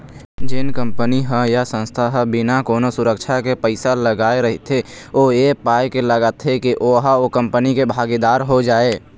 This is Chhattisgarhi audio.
जेन कंपनी ह या संस्था ह बिना कोनो सुरक्छा के पइसा लगाय रहिथे ओ ऐ पाय के लगाथे के ओहा ओ कंपनी के भागीदार हो जाय